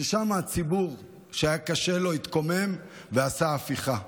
שם הציבור שהיה לו קשה התקומם ועשה הפיכה.